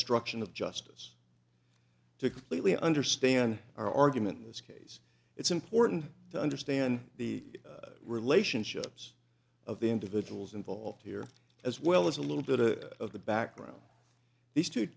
obstruction of justice to completely understand our argument in this case it's important to understand the relationships of the individuals involved here as well as a little bit a of the background these to